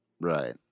Right